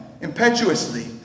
impetuously